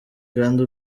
kandi